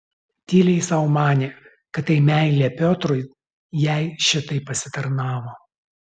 tyliai sau manė kad tai meilė piotrui jai šitaip pasitarnavo